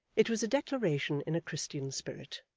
it was a declaration in a christian spirit,